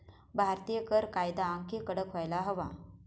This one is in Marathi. भारतीय कर कायदा आणखी कडक व्हायला हवा